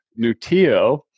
Nutio